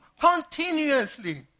continuously